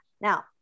now